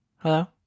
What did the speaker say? Hello